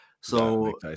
So-